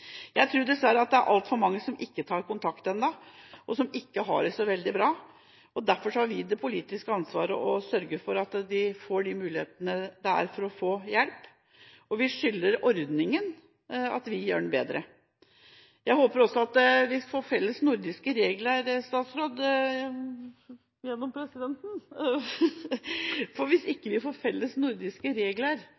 dessverre er altfor mange som ennå ikke tar kontakt, og som ikke har det så veldig bra. Derfor har vi det politiske ansvaret for å sørge for at de får de mulighetene som er for å få hjelp. Vi skylder ordningen at vi gjør den bedre. Jeg håper også at vi får felles nordiske regler – statsråd, gjennom presidenten – for hvis ikke